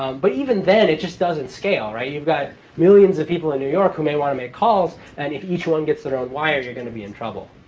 but even then, it just doesn't scale, right? you've got millions of people in new york who may want to make calls and if each one gets their own wire, you're going to be in trouble.